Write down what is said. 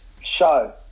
show